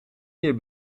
hier